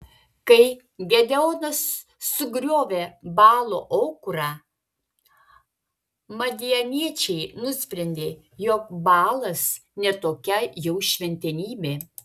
kai gedeonas sugriovė baalo aukurą madianiečiai nusprendė jog baalas ne tokia jau šventenybė